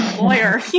lawyer